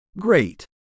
Great